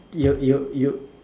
you you you